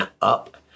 up